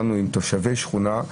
באנו עם תושבי שכונה,